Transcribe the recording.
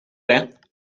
det